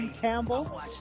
Campbell